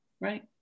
Right